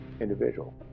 individual